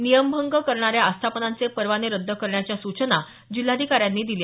नियमभंग करणाऱ्या आस्थापनांचे परवाने रद्द करण्याच्या सूचना जिल्हाधिकाऱ्यांनी दिल्या